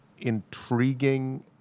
intriguing